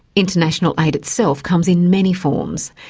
international aid itself comes in many forms,